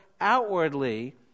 outwardly